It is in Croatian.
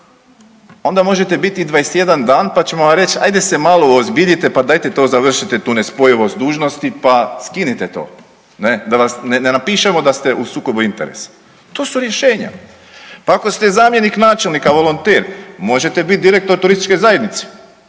onda možete biti 21 dan pa ćemo vam reć ajde se malo uozbiljite pa dajte to završite tu nespojivost dužnosti pa skinite to ne, da ne napišemo da ste u sukobu interesa. To su rješenja. Pa ako ste zamjenik načelnika volonter možete biti direktor turističke zajednice,